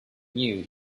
knew